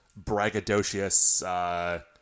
braggadocious